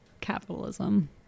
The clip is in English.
Capitalism